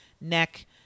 neck